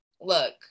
Look